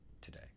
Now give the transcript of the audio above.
today